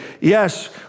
Yes